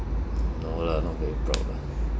no lah not very proud lah